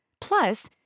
Plus